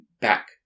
back